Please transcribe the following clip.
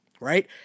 right